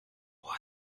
ohren